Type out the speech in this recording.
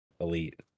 elite